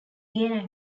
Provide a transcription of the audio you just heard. gain